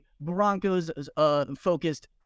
Broncos-focused